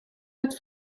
met